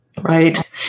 Right